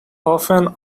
often